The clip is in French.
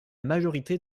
majorité